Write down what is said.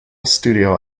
studio